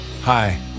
Hi